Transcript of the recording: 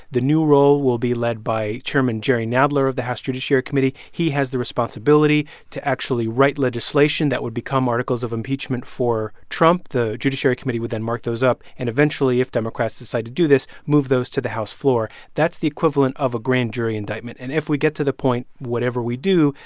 the new role will be led by chairman jerry nadler of the house judiciary committee. he has the responsibility to actually write legislation that would become articles of impeachment for trump the judiciary committee would then mark those up and eventually, if democrats decide to do this, move those to the house floor. that's the equivalent of a grand jury indictment. and if we get to the point, whatever we do,